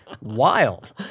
wild